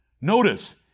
Notice